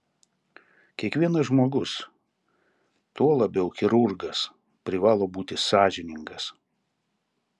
kiekvienas žmogus tuo labiau chirurgas privalo būti sąžiningas